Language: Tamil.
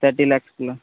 தேர்ட்டி லேக்ஸ்க்குள்ள